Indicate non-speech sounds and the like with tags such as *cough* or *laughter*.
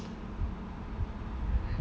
*noise*